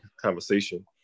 conversation